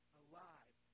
alive